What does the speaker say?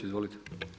Izvolite.